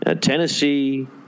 Tennessee